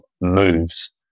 moves